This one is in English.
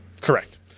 Correct